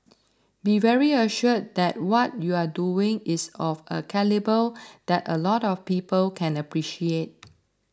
be very assured that what you're doing is of a calibre that a lot of people can appreciate